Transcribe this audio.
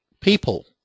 people